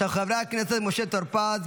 של חברי הכנסת משה טור פז,